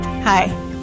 Hi